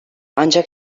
ancak